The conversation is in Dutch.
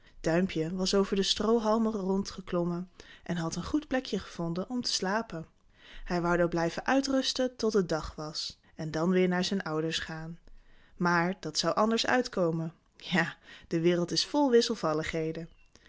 duimpje was over de stroohalmen rond geklommen en had een goed plekje gevonden om te slapen hij woû daar blijven uitrusten tot het dag was en dan weêr naar zijn ouders gaan maar dat zou anders uitkomen ja de wereld is vol wisselvalligheden